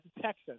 Texas